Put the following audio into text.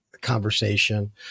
conversation